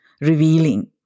revealing